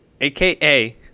AKA